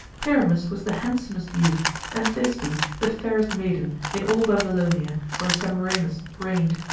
pyramus was the handsomest youth, and thisbe the fairest maiden, in all babylonia, where semiramis reigned.